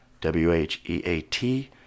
w-h-e-a-t